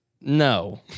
no